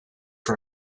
for